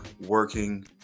working